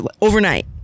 overnight